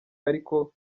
ariko